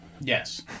Yes